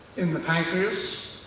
in the pancreas,